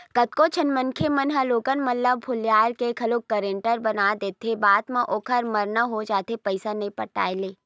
कतको झन मनखे मन ल लोगन मन ह भुलियार के घलोक लोन गारेंटर बना देथे बाद म ओखर मरना हो जाथे पइसा नइ पटाय ले